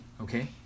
okay